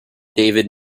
david